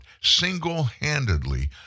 single-handedly